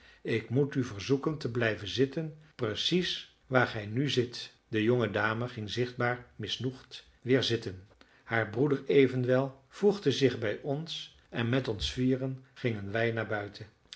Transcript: ik moet u verzoeken te blijven zitten precies waar gij nu zit de jonge dame ging zichtbaar misnoegd weer zitten haar broeder evenwel voegde zich bij ons en met ons vieren gingen wij naar buiten